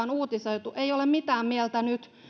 on uutisoitu ei ole mitään mieltä nyt